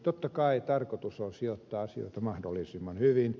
totta kai tarkoitus on sijoittaa asioita mahdollisimman hyvin